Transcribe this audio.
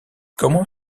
comment